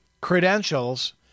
credentials